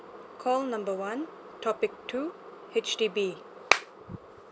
call number one topic two H_D_B